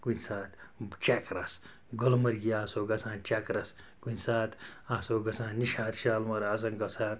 کُنہِ ساتہٕ ٲں چَکرَس گُلمرگہٕ آسہٕ ہاو گَژھان چَکرَس کُنہِ ساتہٕ آسہٕ ہاو گَژھان نِشاط شالمٲر آسہٕ ہاو گَژھان